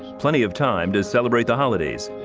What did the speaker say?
plenty of time to celebrate the holidays,